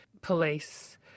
police